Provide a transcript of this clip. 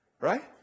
Right